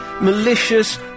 malicious